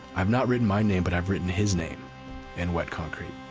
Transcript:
i've not written my name but i've written his name in wet concrete.